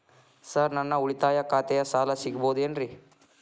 Sir ನನ್ನ ಉಳಿತಾಯ ಖಾತೆಯ ಸಾಲ ಸಿಗಬಹುದೇನ್ರಿ?